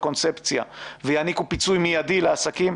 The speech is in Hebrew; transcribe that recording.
הקונספציה ויעניקו פיצוי מיידי לעסקים,